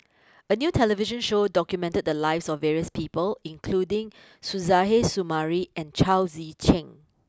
a new television show documented the lives of various people including Suzairhe Sumari and Chao Tzee Cheng